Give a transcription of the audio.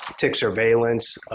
tick surveillance,